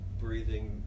breathing